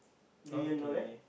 do you know that